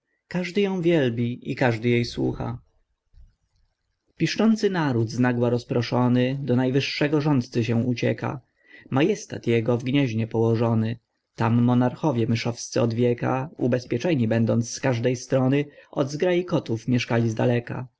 każdy ją wielbi i każdy jej słucha piszczący naród znagła rozproszony do najwyższego rządcy się ucieka majestat jego w gnieznie położony tam monarchowie myszowscy od wieka ubezpieczeni będąc z każdej strony od zgrai kotów mieszkali zdaleka